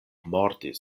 mordis